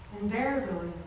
invariably